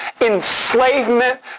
enslavement